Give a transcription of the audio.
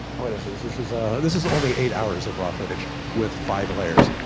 what is this, this is ah this is only eight hours of raw footage, with five layers.